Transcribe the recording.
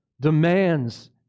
demands